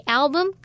album